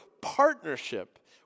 partnership